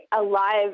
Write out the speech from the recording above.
alive